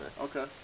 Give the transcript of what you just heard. Okay